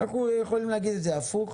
אתם יכולים להגיד את זה הפוך.